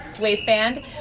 waistband